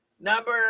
number